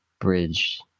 bridge